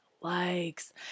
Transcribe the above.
likes